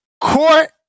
court